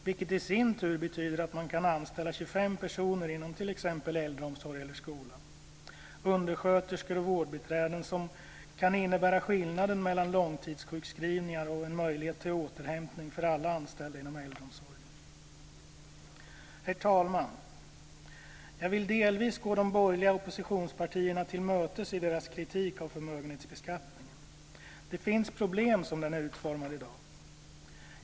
Det betyder i sin tur att man kan anställa 25 personer inom t.ex. äldreomsorg eller skola - undersköterskor och vårdbiträden som kan innebära skillnaden mellan långtidssjukskrivningar och en möjlighet till återhämtning för alla anställda inom äldreomsorgen. Herr talman! Jag vill delvis gå de borgerliga oppositionspartierna till mötes i deras kritik av förmögenhetsbeskattningen. Det finns problem som den är utformad i dag.